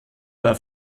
waren